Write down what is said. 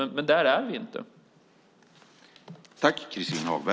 Men där är vi inte.